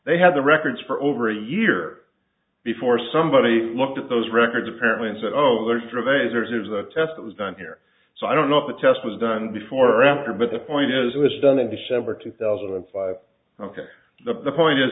they had the records for over a year before somebody looked at those records apparently and said oh there's travails there's a test that was done here so i don't know if the test was done before or after but the point is it was done in december two thousand and five ok the point is